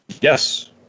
Yes